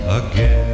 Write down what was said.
again